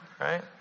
right